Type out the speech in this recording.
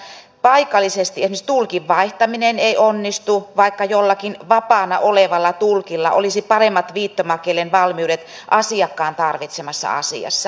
paikallisesti esimerkiksi tulkin vaihtaminen ei onnistu vaikka jollakin vapaana olevalla tulkilla olisi paremmat viittomakielen valmiudet asiakkaan tarvitsemassa asiassa